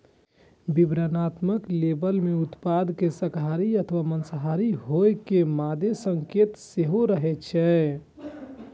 विवरणात्मक लेबल मे उत्पाद के शाकाहारी अथवा मांसाहारी होइ के मादे संकेत सेहो रहै छै